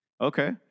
Okay